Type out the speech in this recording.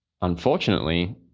unfortunately